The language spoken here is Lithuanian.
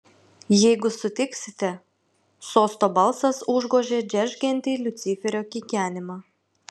jeigu sutiksite sosto balsas užgožė džeržgiantį liuciferio kikenimą